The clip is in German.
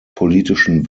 politischen